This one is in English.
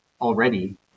already